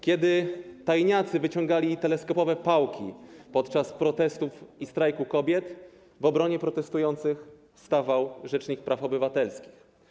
Kiedy tajniacy wyciągali teleskopowe pałki podczas protestów i strajku kobiet, w obronie protestujących stawał rzecznik praw obywatelskich.